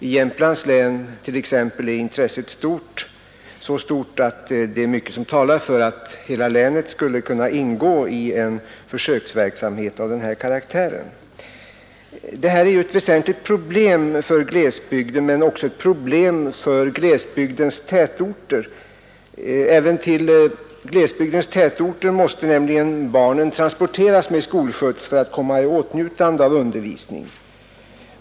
I Jämtlands län är t.ex. intresset så stort att mycket talar för att hela länet skulle inordnas i en försöksverksamhet av denna karaktär. Detta är ett väsentligt problem för glesbygden, men det är också ett problem för glesbygdens tätorter. Också till sådana tätorter måste barnen nämligen transporteras med skolskjuts för att komma i åtnjutande av undervisning.